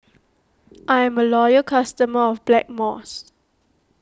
I'm a loyal customer of Blackmores